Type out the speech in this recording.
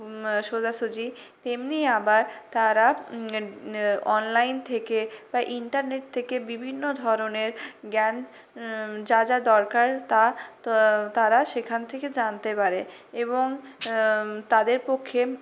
সোজা সুজি তেমনি আবার তারা অনলাইন থেকে বা ইন্টারনেট থেকে বিভিন্ন ধরনের জ্ঞান যা যা দরকার তা তারা সেখান থেকে জানতে পারে এবং তাদের পক্ষে